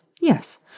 yes